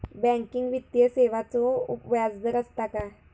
Banking वित्तीय सेवाचो व्याजदर असता काय?